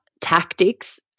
tactics